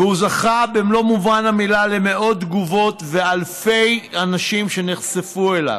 והוא זכה במלוא מובן המילה למאות תגובות ואלפי אנשים שנחשפו אליו,